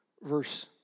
Verse